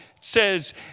says